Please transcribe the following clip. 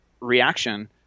reaction